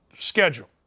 Schedule